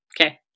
Okay